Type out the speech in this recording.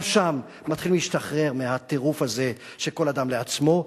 גם שם מתחילים להשתחרר מהטירוף הזה שכל אדם לעצמו.